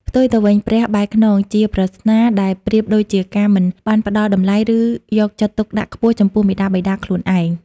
ផ្ទុយទៅវិញ "ព្រះបែរខ្នង" ជាប្រស្នាដែលប្រៀបដូចជាការមិនបានផ្តល់តម្លៃ ឬយកចិត្តទុកដាក់ខ្ពស់ចំពោះមាតាបិតាខ្លួនឯង។